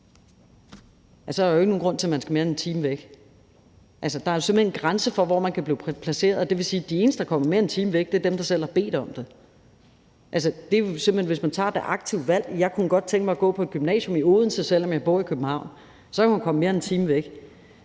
og så er der jo ikke nogen grund til, at man skal mere end 1 times kørsel væk. Altså, der er jo simpelt hen en grænse for, hvor man kan blive placeret henne, og det vil sige, at de eneste, der kommer mere end 1 times kørsel væk, er dem, der selv har bedt om det. Altså, hvis man har taget det aktive valg, at man godt kunne tænke sig at gå på et gymnasium i Odense, selv om man bor i København, så kan man komme mere end 1 times